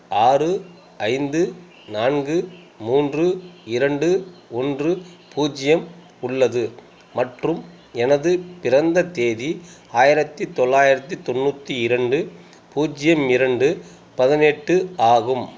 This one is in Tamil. ஆறு ஐந்து நான்கு மூன்று இரண்டு ஒன்று பூஜ்ஜியம் உள்ளது மற்றும் எனது பிறந்த தேதி ஆயிரத்தி தொள்ளாயிரத்தி தொண்ணூற்றி இரண்டு பூஜ்ஜியம் இரண்டு பதினெட்டு ஆகும்